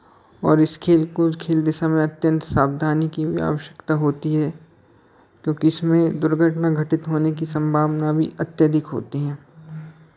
और इस खेल को खेलते समय अत्यंत सावधानी की भी आवश्यकता होती है क्योंकि इसमें दुर्घटना घटित होने की संभावना भी अत्यधिक होती है